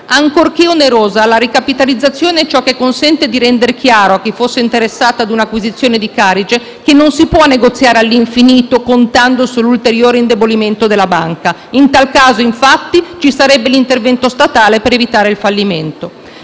Ancorché onerosa, la ricapitalizzazione è ciò che consente di rendere chiaro, a chi fosse interessato ad un'acquisizione di Carige, che non si può negoziare all'infinito contando sull'ulteriore indebolimento della banca. In tal caso, infatti, ci sarebbe l'intervento statale per evitare il fallimento.